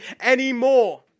anymore